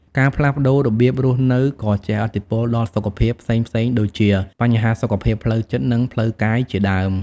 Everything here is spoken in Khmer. ការផ្លាស់ប្ដូររបៀបរស់នៅក៏ជះឥទ្ធិពលដល់សុខភាពផ្សេងៗដូចជា បញ្ហាសុខភាពផ្លូវចិត្ត និងផ្លូវកាយជាដើម។